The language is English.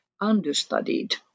understudied